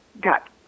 got